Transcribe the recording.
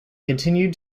continued